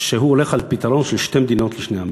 שהוא הולך על פתרון של שתי מדינות לשני עמים,